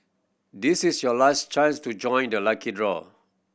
this is your last chance to join the lucky draw